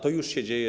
To już się dzieje.